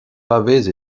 pavées